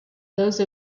those